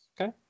Okay